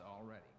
already